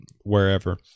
wherever